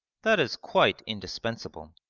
that is quite indispensable,